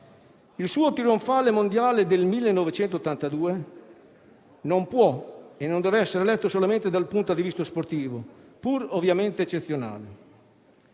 Il suo trionfale Mondiale del 1982 non può e non deve essere letto solamente dal punto di vista sportivo, pur ovviamente eccezionale,